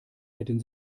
hätten